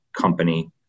company